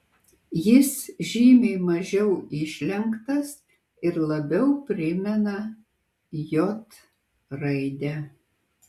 jis žymiai mažiau išlenktas ir labiau primena j raidę